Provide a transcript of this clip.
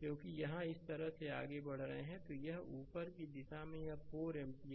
क्योंकि यहां इस तरह से आगे बढ़ रहे हैं तो यह ऊपर की दिशा में यह 4 एम्पीयर है